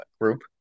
group